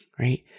Right